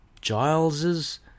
Giles's